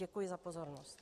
Děkuji za pozornost.